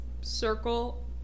circle